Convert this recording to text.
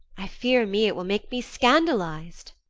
i fear me it will make me scandaliz'd.